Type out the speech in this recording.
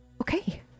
Okay